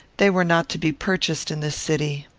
they were not to be purchased in this city.